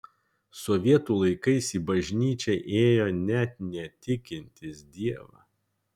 sovietų laikais į bažnyčią ėjo net netikintys dievą